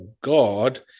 God